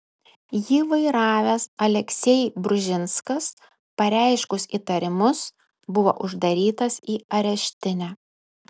jį vairavęs aleksej bružinskas pareiškus įtarimus buvo uždarytas į areštinę